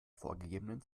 vorgegebenen